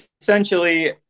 essentially